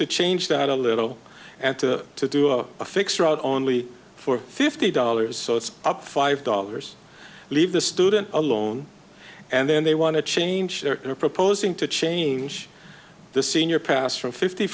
to change that a little and to to do a fixed route only for fifty dollars so it's up five dollars leave the student alone and then they want to change their proposing to change the senior pass from fifty